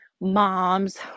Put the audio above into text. moms